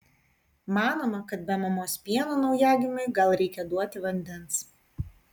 manoma kad be mamos pieno naujagimiui gal reikia duoti vandens